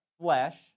flesh